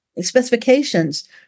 specifications